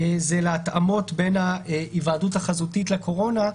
זה להתאמות בין ההיוועדות החזותית לקורונה,